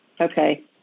Okay